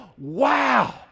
Wow